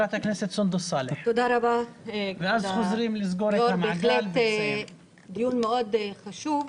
תודה רבה על דיון מאוד חשוב.